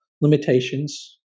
limitations